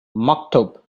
maktub